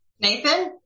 Nathan